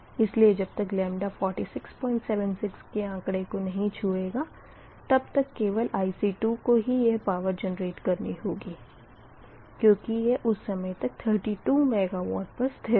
इसलिए जब तक 4676 के आँकड़े को नही छुएगा तब तक केवल IC2 को ही यह पावर जेनरेट करनी होगी क्यूँकि यह उस समय तक 32 MW पर स्थिर है